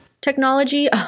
technology